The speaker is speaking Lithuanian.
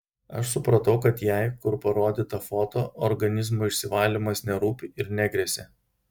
aš supratau kad jai kur parodyta foto organizmo išsivalymas nerūpi ir negresia